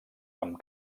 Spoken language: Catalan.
amb